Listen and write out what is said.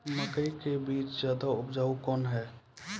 मकई के बीज ज्यादा उपजाऊ कौन है?